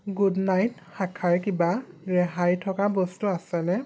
good night শাখাৰ কিবা ৰেহাই থকা বস্তু আছেনে